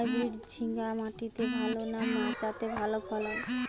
Hybrid ঝিঙ্গা মাটিতে ভালো না মাচাতে ভালো ফলন?